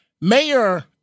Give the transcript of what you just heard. Mayor